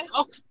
okay